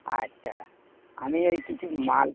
আচ্ছা আমি ওই কিছু মাল